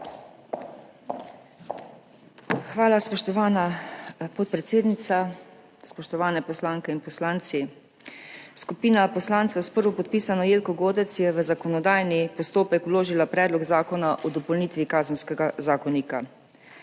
Hvala, spoštovana podpredsednica. Spoštovane poslanke in poslanci! Skupina poslancev s prvopodpisano Jelko Godec je v zakonodajni postopek vložila Predlog zakona o dopolnitvi Kazenskega zakonika.